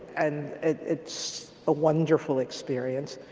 and it's a wonderful experience.